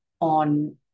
on